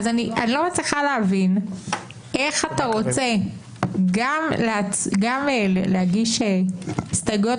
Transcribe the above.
אני לא מצליחה להבין איך אתה רוצה גם להגיש הסתייגויות